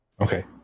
Okay